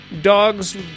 dogs